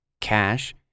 cash